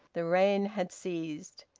the rain had ceased.